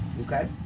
okay